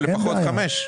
לפחות חמש.